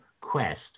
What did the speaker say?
quest